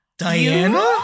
Diana